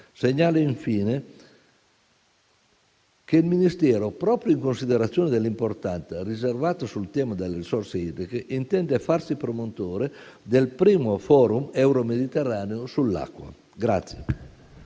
Segnalo, infine, che il Ministero, proprio in considerazione dell'importanza riservata al tema delle risorse idriche, intende farsi promotore del primo Forum euromediterraneo sull'acqua.